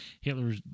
Hitler